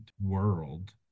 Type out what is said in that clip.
world